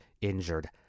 injured